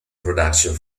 production